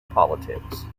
politics